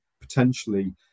potentially